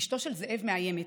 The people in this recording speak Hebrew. אשתו של זאב מאיימת: